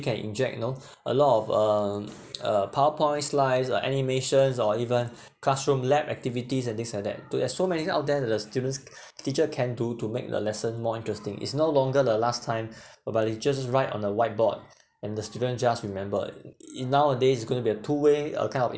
can inject you know a lot of um uh power point slides or animations or even classroom lab activities and things like that to as so many out there the student's teacher can do to make the lesson more interesting is no longer the last time whereby they just write on the whiteboard and the student just remembered it nowadays it's going to be a two-way a kind of